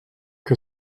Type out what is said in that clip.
que